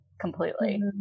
completely